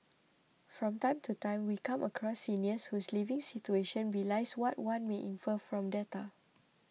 from time to time we come across seniors whose living situation belies what one may infer from data